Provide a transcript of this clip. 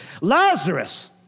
Lazarus